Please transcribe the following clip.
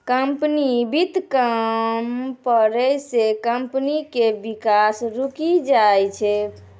company वित्त कम पड़ै से कम्पनी के विकास रुकी जाय छै